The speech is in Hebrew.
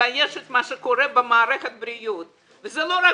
מתביישת במה שקורה במערכת הבריאות וזה לא רק